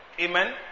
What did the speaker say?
Amen